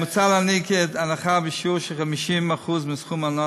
מוצע להעניק הנחה בשיעור של 50% מסכום הארנונה